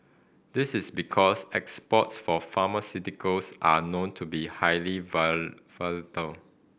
this is because exports for pharmaceuticals are known to be highly volatile